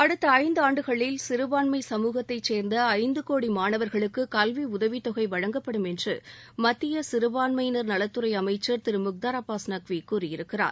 அடுத்த ஐந்தாண்டுகளில் சிறுபான்மை சமூகத்தை சேர்ந்த ஐந்து கோடி மாணவர்களுக்கு கல்வி உதவித் தொகை வழங்கப்படும் என்று மத்திய சிறுபான்மையினர் நலத்துறை அமைச்சர் திரு முக்தார் அப்பாஸ் நக்வி கூறியிருக்கிறார்